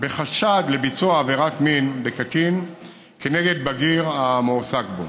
בחשד לביצוע עבירת מין בקטין נגד בגיר המועסק בו.